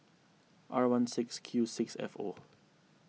R one Q six F O